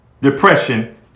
depression